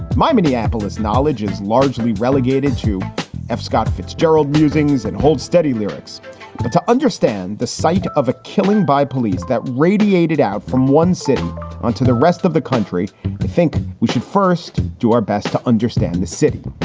my minneapolis knowledge is largely relegated to f. scott fitzgerald musings and hold steady lyrics but to understand the site of a killing by police that radiated out from one city onto the rest of the country. i think we should first do our best to understand the city.